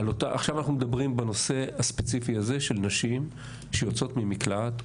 עכשיו אנחנו מדברים בנושא הספציפי הזה של נשים שיוצאות ממקלט,